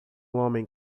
homem